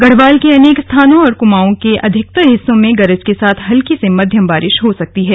गढ़वाल के अनेक स्थानों और कुमाऊं के अधिकतर हिस्सों में गरज के साथ हल्की से मध्यम बारिश हो सकती है